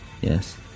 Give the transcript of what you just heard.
Yes